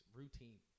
routine